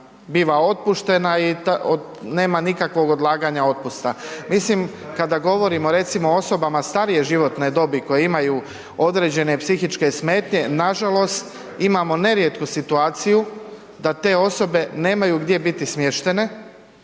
biva otpuštena i nema nikakvog odlaganja otpusta. Mislim, kada govorimo recimo, o osobama starije životne dobi, koje imaju određene psihičke smetnje, nažalost, imamo nerijetko situaciju da te osobe nemaju gdje biti smještene,